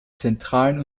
zentralen